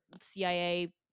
cia